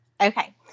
Okay